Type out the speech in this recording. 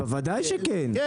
בוודאי שכן,